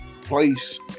place